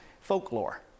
folklore